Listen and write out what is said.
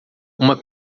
uma